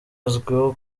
azwiho